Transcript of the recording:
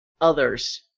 others